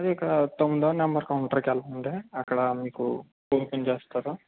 అదే తొమ్మిదో number counter కి వెళ్ళండి అక్కడ మీకు ఓపెను చేస్తారు